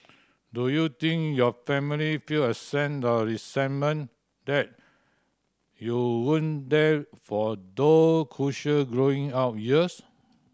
do you think your family feel a sense of resentment that you weren't there for those crucial growing up years